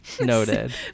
Noted